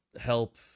help